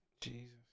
Jesus